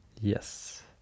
Yes